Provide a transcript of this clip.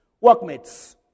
workmates